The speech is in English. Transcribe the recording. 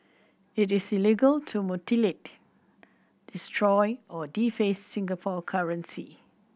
it is illegal to mutilate destroy or deface Singapore currency